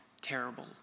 terrible